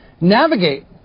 navigate